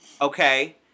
okay